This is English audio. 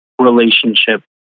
relationship